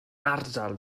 ardal